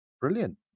Brilliant